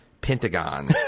pentagon